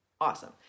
awesome